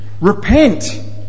Repent